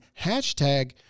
hashtag